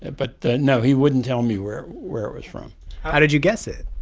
but no, he wouldn't tell me where where it was from how did you guess it?